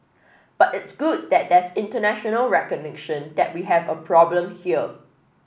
but it's good that there's international recognition that we have a problem here